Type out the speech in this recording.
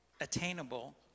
attainable